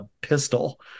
pistol